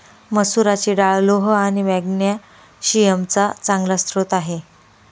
मसुराची डाळ लोह आणि मॅग्नेशिअम चा चांगला स्रोत आहे